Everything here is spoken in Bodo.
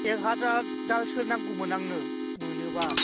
एक हाजार दालसो नांगौमोन आंनो मोनोबा